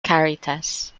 caritas